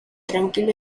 tranquilo